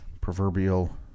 proverbial